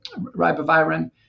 ribavirin